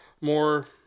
More